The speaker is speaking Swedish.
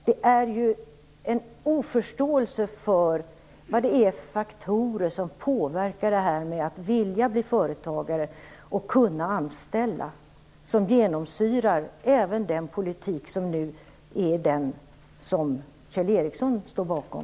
Det finns en oförståelse för vilka faktorer som påverkar viljan att bli företagare och att kunna anställa. Det genomsyrar även den politik Kjell Ericsson står bakom.